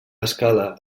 escala